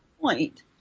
point